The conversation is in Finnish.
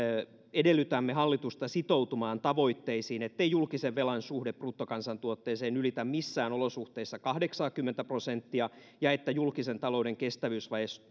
edellytämme hallitusta sitoutumaan tavoitteisiin ettei julkisen velan suhde bruttokansantuotteeseen ylitä missään olosuhteissa kahdeksaakymmentä prosenttia ja että julkisen talouden kestävyysvaje